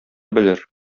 белер